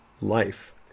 life